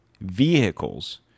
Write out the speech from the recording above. vehicles